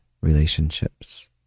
relationships